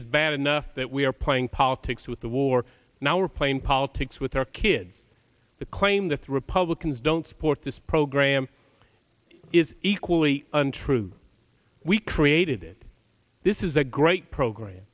is bad enough that we are playing politics with the war now we're playing politics with our kids the claim the three republicans don't support this program is equally untrue we created it this is a great